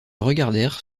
regardèrent